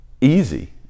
easy